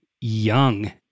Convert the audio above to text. young